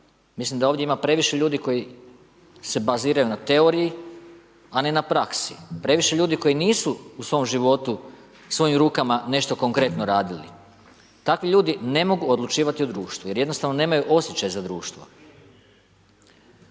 Mislim da ovdje ima previše ljudi koji se baziraju na teoriji a ne na praksi, previše ljudi koji nisu u svom životu i svojim rukama nešto konkretno radili. Takvi ljudi ne mogu odlučivati u društvu jer jednostavno nemaju osjećaj za društvo.